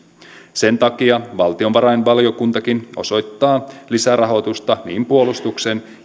sen takia valtiovarainvaliokuntakin osoittaa lisärahoitusta niin puolustuksen